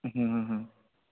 হ্যাঁ